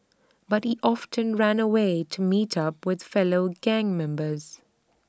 but he often ran away to meet up with fellow gang members